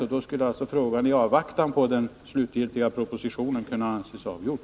Därmed skulle frågan i avvaktan på den slutgiltiga propositionen kunna anses avgjord.